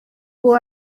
uwo